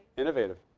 innovative.